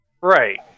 Right